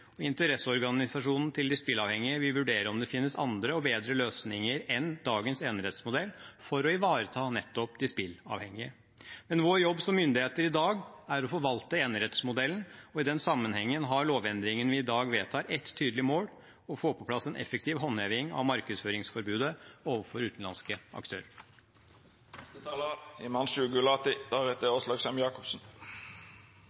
Interesseorganisasjonen til de spilleavhengige vil vurdere om det finnes andre, og bedre, løsninger enn dagens enerettsmodell for å ivareta nettopp de spilleavhengige. Men vår jobb som myndigheter i dag er å forvalte enerettsmodellen, og i den sammenhengen har lovendringen vi i dag vedtar, ett tydelig mål: å få på plass en effektiv håndheving av markedsføringsforbudet overfor utenlandske aktører.